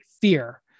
fear